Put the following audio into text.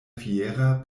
fiera